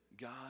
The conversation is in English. God